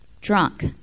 drunk